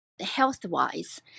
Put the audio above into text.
health-wise